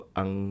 ang